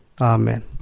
Amen